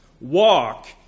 walk